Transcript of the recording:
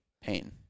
Pain